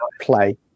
play